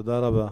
תודה רבה.